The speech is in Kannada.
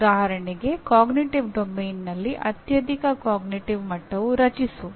ಉದಾಹರಣೆಗೆ ಕೋಗ್ನಿಟಿವ್ ಡೊಮೇನ್ನಲ್ಲಿ ಅತ್ಯಧಿಕ ಅರಿವಿನ ಮಟ್ಟವು ರಚಿಸು